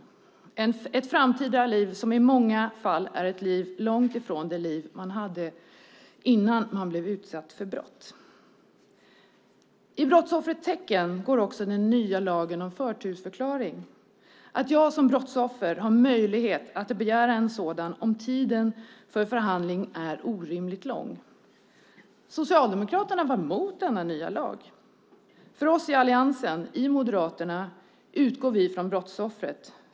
Det är ett framtida liv som i många fall är ett liv långt ifrån det liv man hade innan man blev utsatt för brott. I brottsoffrets tecken går också den nya lagen om förtursförklaring, det vill säga att jag som brottsoffer har möjlighet att begära en förtursförklaring om tiden för förhandling är orimligt lång. Socialdemokraterna var emot denna nya lag. Vi i alliansen, i Moderaterna, utgår från brottsoffret.